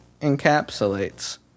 encapsulates